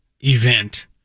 event